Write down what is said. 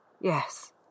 Yes